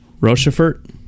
Rochefort